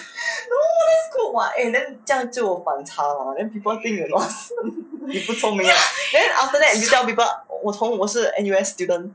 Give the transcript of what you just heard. no then that's good [what] eh then 这样就反差 lor then people think you not sm~ 你不聪明 ah then after that you tell people 我从我是 N_U_S student